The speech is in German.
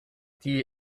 die